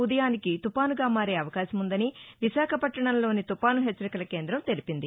ఉదయానికి తుపానుగా మారే అవకాశముందని విశాఖ పట్టణంలోని తుపాను హెచ్చరికల కేం్రదం తెలిపింది